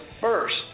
first